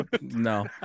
no